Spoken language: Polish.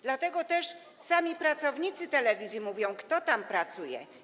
Dlatego też sami pracownicy telewizji mówią: Kto tam pracuje?